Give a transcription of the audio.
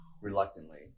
reluctantly